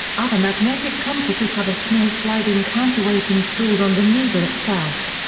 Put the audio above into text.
other magnetic compasses have a small sliding counterweight installed on the needle itself.